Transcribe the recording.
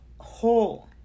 whole